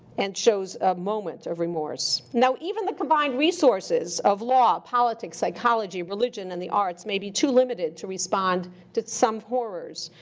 and shows a moment of remorse. now even the combined resources of law, politics, psychology, religion, and the arts, may be too limited to respond to some horrors.